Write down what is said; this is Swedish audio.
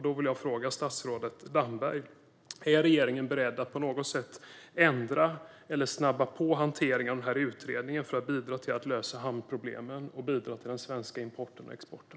Då vill jag fråga statsrådet Damberg: Är regeringen beredd att på något sätt ändra eller snabba på hanteringen av denna utredning för att bidra till att lösa hamnproblemen och bidra till den svenska importen och exporten?